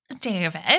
David